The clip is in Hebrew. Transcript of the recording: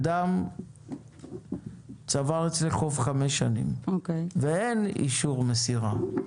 אדם צבר אצלך חוב 5 שנים ואין אישור מסירה.